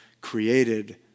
created